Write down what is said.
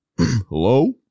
Hello